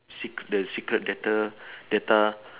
sec~ the secret data data